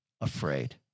afraid